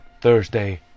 Thursday